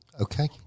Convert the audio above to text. Okay